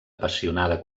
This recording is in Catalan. apassionada